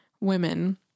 women